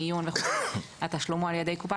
מיון התשלום על ידי ביטוח